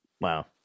wow